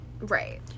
right